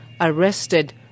arrested